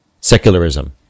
secularism